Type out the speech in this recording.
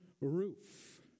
roof